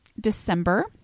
December